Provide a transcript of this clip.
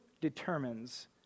determines